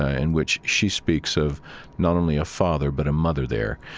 ah in which she speaks of not only a father, but a mother there.